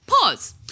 pause